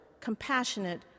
compassionate